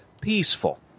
peaceful